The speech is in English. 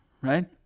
right